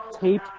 tape